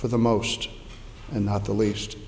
for the most and not the least